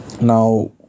Now